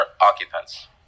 occupants